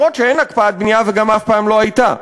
אפילו שאין הקפאת בנייה וגם אף פעם לא הייתה.